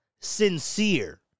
sincere